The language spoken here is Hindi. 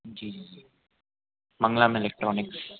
जी जी जी मंगलम एलेक्ट्रॉनिक्स